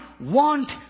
want